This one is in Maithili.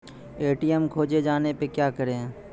ए.टी.एम खोजे जाने पर क्या करें?